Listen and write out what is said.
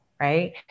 right